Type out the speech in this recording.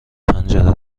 پنجره